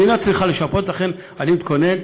לכן אני אתכונן,